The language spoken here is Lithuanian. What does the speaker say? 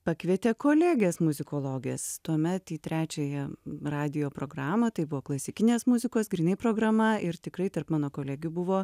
pakvietė kolegės muzikologės tuomet į trečiąją radijo programą tai buvo klasikinės muzikos grynai programa ir tikrai tarp mano kolegių buvo